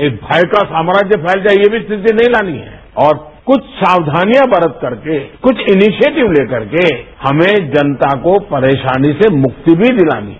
एक भय का साम्राज्य फैल जाए ये भी स्थिति नहीं लानी है और कुछ सावघानियां बरत करके कुछ इनिशिएटिव ते करके हमें जनता को परेशानी से मुक्ति भी दिलानी है